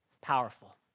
powerful